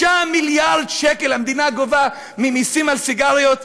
6 מיליארד שקל המדינה גובה ממסים על סיגריות,